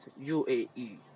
UAE